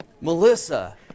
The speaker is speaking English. Melissa